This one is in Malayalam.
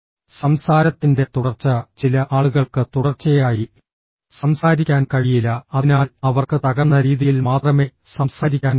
സംസാരത്തിന്റെ തുടർച്ച ചില ആളുകൾക്ക് തുടർച്ചയായി സംസാരിക്കാൻ കഴിയില്ല അതിനാൽ അവർക്ക് തകർന്ന രീതിയിൽ മാത്രമേ സംസാരിക്കാൻ കഴിയൂ